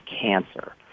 cancer